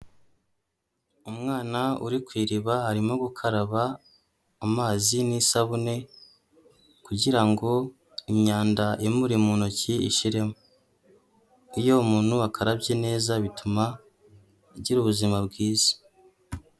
Umwana uri ku iriba arimo gukaraba amazi n'isabune kugira ngo imyanda imuri mu ntoki ishiremo, iyo umuntu akarabye neza bituma agira ubuzima bwiza.